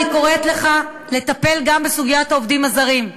אני קוראת לך לטפל גם בסוגיית העובדים הזרים.